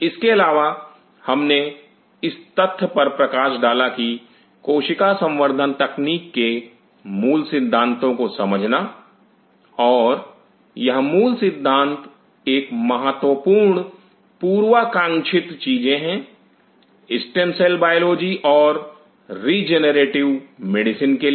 इसके अलावा हमने इस तथ्य पर प्रकाश डाला कि कोशिका संवर्धन तकनीक के मूल सिद्धांतों को समझना और यह मूल सिद्धांत एक महत्वपूर्ण पूर्वाकांक्षित चीजें हैं स्टेम सेल बायोलॉजी और रीजेनरेटिव मेडिसिन के लिए